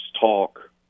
talk